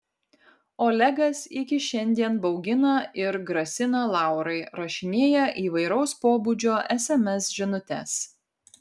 olegas iki šiandien baugina ir grasina laurai rašinėja įvairaus pobūdžio sms žinutes